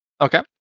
Okay